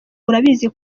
urabizi